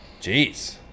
Jeez